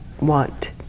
want